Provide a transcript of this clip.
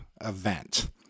event